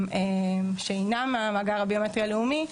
שאינם מהמאגר הביומטרי הלאומי,